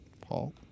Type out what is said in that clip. Paul